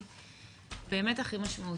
שבעיניי זאת אחת הוועדות באמת הכי משמעותיות,